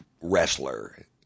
wrestler